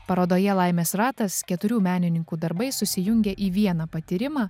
parodoje laimės ratas keturių menininkų darbai susijungia į vieną patyrimą